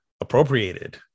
appropriated